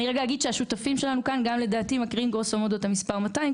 אני רגע אגיד שהשותפים שלנו כאן מקריאיםGrosso Modo את המספר 200,